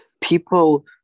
People